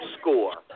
score